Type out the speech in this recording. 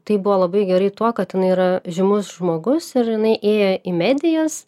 tai buvo labai gerai tuo kad jinai yra žymus žmogus ir jinai ėjo į medijas